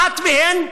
אחת מהן,